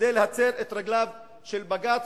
כדי להצר את רגליו של בג"ץ.